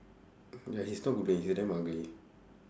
ya he's not good ya he damn ugly